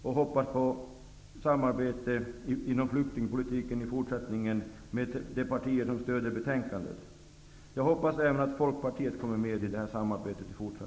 Jag hoppas på samarbete inom flyktingpolitiken i fortsättningen med de partier som stöder betänkandet. Jag hoppas att även Folkpartiet kommer med i det samarbetet.